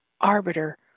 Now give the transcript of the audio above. arbiter